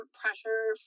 pressure